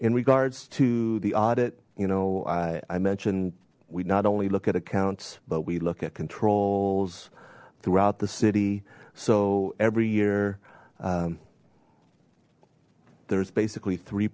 in regards to the audit you know i mentioned we not only look at accounts but we look at controls throughout the city so every year there's basically three